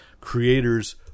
creators